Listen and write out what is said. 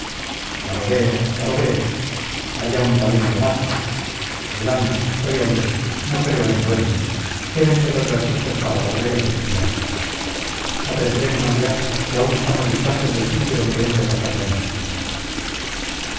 ya lo veo ya lo veo vaya un talento macho adelante soy hombre no creo en duendes quédense los versitos para barberos y estudiantes apresurémonos ya que aún estamos distantes del sitio en que hemos de pasar la noche